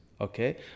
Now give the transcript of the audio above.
okay